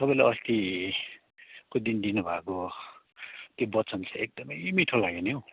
तपाईँले अस्तिको दिन दिनुभएको त्यो वचन चाहिँ एकदमै मिठो लाग्यो नि हौ